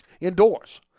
indoors